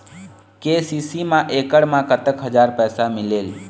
KCC मा एकड़ मा कतक हजार पैसा मिलेल?